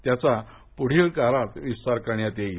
त्याचा पुढील काळात विस्तार करण्यात येईल